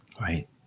Right